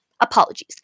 Apologies